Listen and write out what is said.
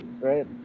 right